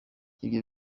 ibyo